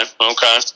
okay